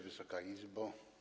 Wysoka Izbo!